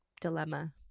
dilemma